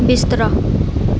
ਬਿਸਤਰਾ